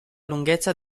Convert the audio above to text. lunghezza